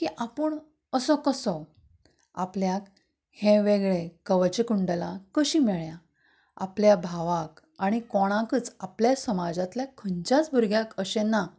की आपूण असो कसो आपल्याक हें वेगळें कवच कुंडलां कशीं मेळ्यां आपल्या भावाक आनी कोणाकच आपल्या समाजांतल्या खंयच्याच भुरग्यांक अशें ना